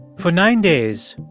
for nine days,